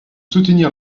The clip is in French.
soutenir